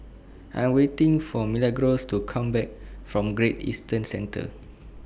I Am waiting For Milagros to Come Back from Great Eastern Centre